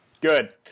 Good